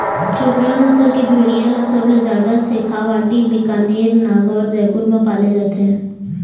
चोकला नसल के भेड़िया ल सबले जादा सेखावाटी, बीकानेर, नागौर, जयपुर म पाले जाथे